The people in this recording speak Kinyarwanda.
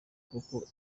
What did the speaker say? kuko